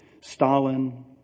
Stalin